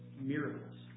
Miracles